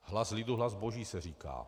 Hlas lidu, hlas boží, se říká.